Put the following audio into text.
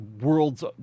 worlds